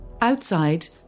Outside